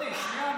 לא, שנייה.